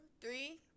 three